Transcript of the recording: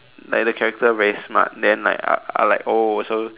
like the character very smart then like I like oh so